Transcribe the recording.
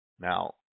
Now